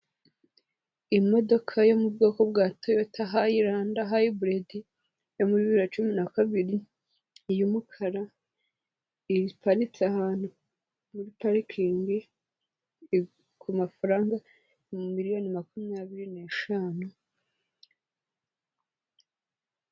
Imodoka yo mu bwoko bwa toyota hayiranda hayiburidi yo muri bibiri na cumi na kabiri y’umukara, iparitse ahantu muri parikingi, iri ku mafaranga miliyoni makumyabiri n’eshanu.